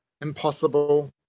impossible